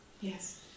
Yes